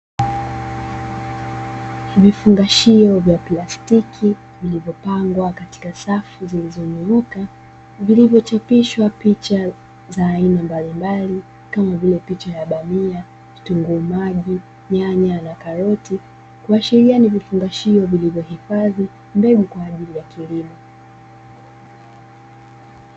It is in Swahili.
Vifungashio vya plastiki zilizopangwa katika safu zilizoinuka zilizochapishwa picha za aina mbalimbali kama vile picha ya bamia, vitunguu maji, nyanya na karoti kuashiria vifungashio vilivyohifadhi mbegu kwa ajili ya kilimo.